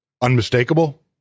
Unmistakable